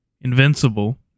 Invincible